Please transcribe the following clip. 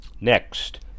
Next